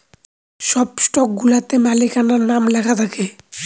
সব স্টকগুলাতে মালিকানার নাম লেখা থাকে